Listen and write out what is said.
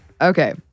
Okay